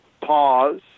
pause